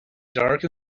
dark